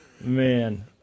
Man